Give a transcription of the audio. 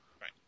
Right